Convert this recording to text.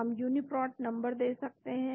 तो हम UniProt number दे सकते हैं